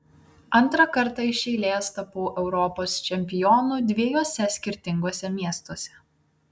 antrą kartą iš eilės tapau europos čempionu dviejuose skirtinguose miestuose